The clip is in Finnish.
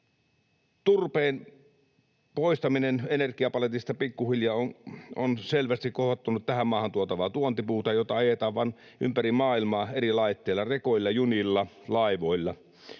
Turpeen poistaminen energiapaletista pikkuhiljaa on selvästi kohottanut tähän maahan tuotavaa tuontipuuta, jota ajetaan vaan ympäri maailmaa eri laitteilla: rekoilla, junilla, laivoilla.